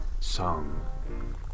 song